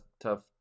tough